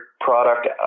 product